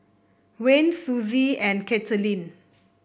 Wayne Suzy and Kathaleen